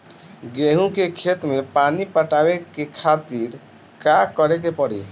गेहूँ के खेत मे पानी पटावे के खातीर का करे के परी?